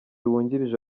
wungirije